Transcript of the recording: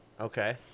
Okay